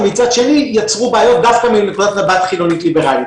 ומצד שני יצרו בעיות דווקא מנקודת מבט חילונית ליברלית.